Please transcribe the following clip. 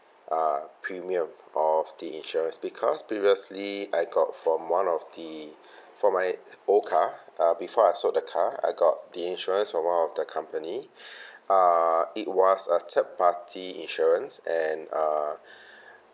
uh premium of the insurance because previously I got from one of the from my old car uh before I sold the car I got the insurance from one of the company uh it was a third party insurance and uh